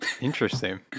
Interesting